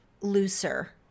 looser